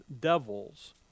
devils